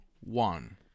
one